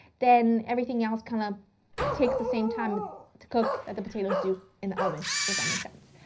then everything else kind of takes the same time to cook that the potatoes do in the oven if that makes sense.